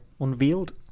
unveiled